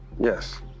Yes